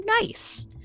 nice